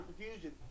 confusion